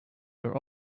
were